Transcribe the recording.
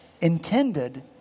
intended